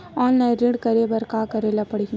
Online ऋण करे बर का करे ल पड़हि?